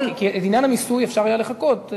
עם עניין המיסוי אפשר היה לחכות.